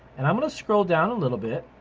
and i'm gonna scroll down a little bit